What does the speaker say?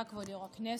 תודה, כבוד יו"ר הישיבה.